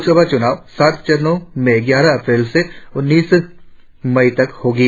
लोकसभा चुनाव सात चरणों में ग्यारह अप्रैल से उन्नीस मई तक होंगे